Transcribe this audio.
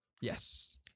Yes